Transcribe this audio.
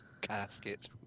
casket